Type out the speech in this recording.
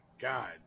God